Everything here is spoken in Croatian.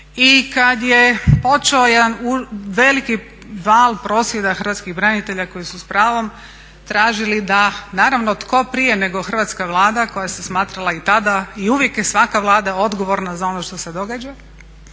i kad je počeo jedan veliki val prosvjeda hrvatskih branitelja koji su s pravom tražili da naravno tko prije nego Hrvatska vlada koja se smatrala i tada i uvijek je svaka Vlada odgovorna za ono što se događa,